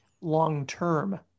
long-term